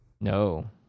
No